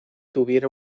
tuviera